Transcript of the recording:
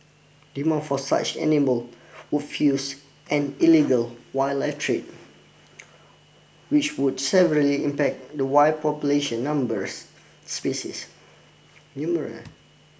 demand for such animal would fuse an illegal wildlife trade which would impact the wild population numbers species